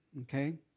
okay